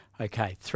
Okay